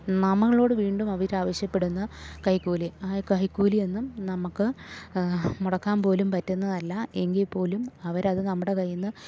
നമ്മളോട് വീണ്ടും അവർ ആവശ്യപ്പെടുന്ന കൈക്കൂലി ആ കൈക്കൂലിയൊന്നും നമുക്ക് മുടക്കാൻ പോലും പറ്റുന്നതല്ല എങ്കിൽ പോലും അവരത് നമ്മുടെ കയ്യിൽ നിന്ന്